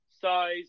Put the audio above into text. size